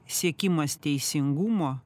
siekimas teisingumo